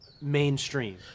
mainstream